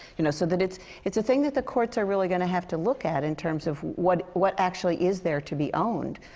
you know, so that it's it's a thing that the courts are really gonna have to look at, in terms of, what what actually is there to be owned?